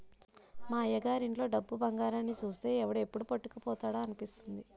మా అయ్యగారి ఇంట్లో డబ్బు, బంగారాన్ని చూస్తే ఎవడు ఎప్పుడు పట్టుకుపోతాడా అనిపిస్తుంది